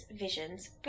visions